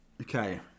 Okay